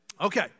Okay